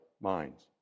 minds